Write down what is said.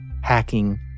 Hacking